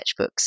sketchbooks